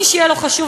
מי שיהיה לו חשוב,